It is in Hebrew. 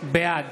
בעד